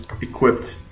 equipped